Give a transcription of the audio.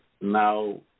Now